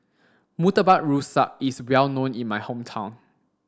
Murtabak Rusa is well known in my hometown